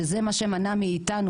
שזה מה שמנע מאיתנו,